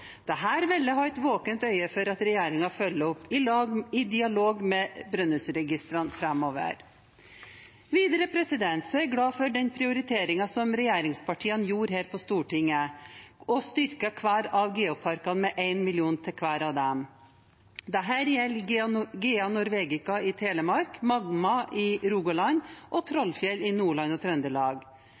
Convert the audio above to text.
gjorde her på Stortinget ved å styrke hver av geoparkene med 1 mill. kr til hver av dem. Dette gjelder Geo Norvegica i Telemark, Magma i Rogaland og Trollfjell i Nordland og Trøndelag.